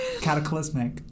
Cataclysmic